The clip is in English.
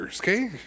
okay